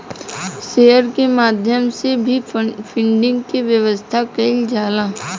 share के माध्यम से भी फंडिंग के व्यवस्था कईल जाला